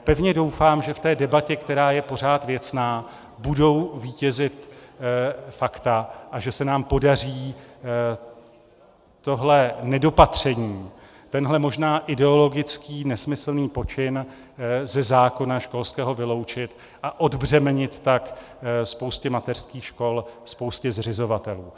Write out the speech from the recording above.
Pevně doufám, že v té debatě, která je pořád věcná, budou vítězit fakta a že se nám podaří tohle nedopatření, tenhle možná ideologický, nesmyslný počin ze zákona školského vyloučit a odbřemenit tak spoustě mateřských škol, spoustě zřizovatelů.